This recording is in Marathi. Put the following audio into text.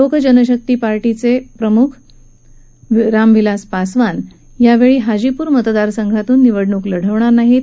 लोक जनता पार्टीचे प्रमुख राम विलास पासवान हे यावेळी हाजीपुर मतदारसंघातून निवडणूक लढणार नाहीत